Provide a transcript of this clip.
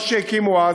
מה שהקימו אז,